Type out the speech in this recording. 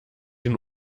den